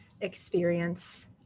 experience